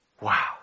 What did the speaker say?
Wow